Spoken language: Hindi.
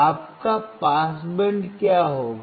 आपका पास बैंड क्या होगा